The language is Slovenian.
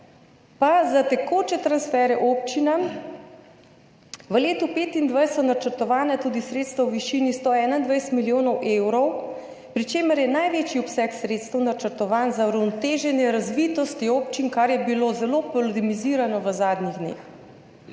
so za tekoče transferje občinam v letu 2025 načrtovana tudi sredstva v višini 121 milijonov evrov, pri čemer je največji obseg sredstev načrtovan za uravnoteženje razvitosti občin, kar je bilo zelo polemizirano v zadnjih dneh,